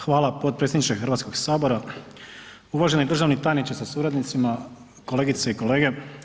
Hvala potpredsjedniče Hrvatskoga sabora, uvaženi državni tajničke sa suradnicima, kolegice i kolege.